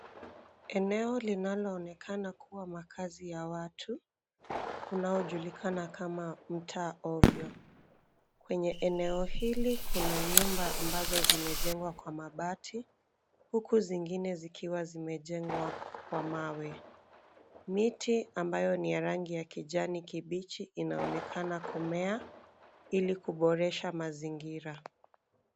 Eneo linaloonekana kuwa makaazi ya watu unaojulikana kama mtaa ovyo. Kwenye eneo hili kuna nyumba ambazo zimejengwa kwa mabati, huku zingine zikiwa zimejengwa kwa mawe. Miti ambayo ni ya rangi ya kijani kibichi inaonekana kumea, ili kuboresha mazingira.